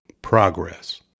progress